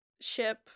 ship